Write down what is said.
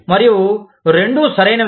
మరియు రెండూ సరైనవి